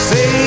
Say